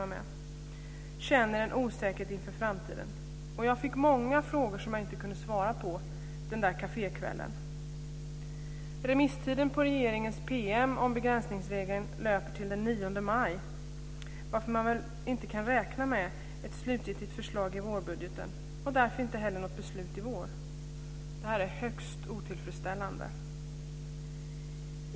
Även de känner en osäkerhet inför framtiden. Jag fick under kafékvällen många frågor som jag inte kunde svara på. Remisstiden på regeringens PM om begränsningsregeln löper till den 9 maj. Därför kan man väl inte räkna med ett slutgiltigt förslag i vårbudgeten och därmed inte heller med ett beslut i vår. Detta är högst otillfredsställande.